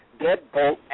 deadbolt